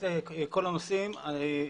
לכל הנושאים,